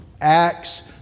Acts